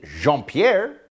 Jean-Pierre